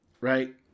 right